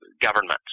governments